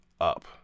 up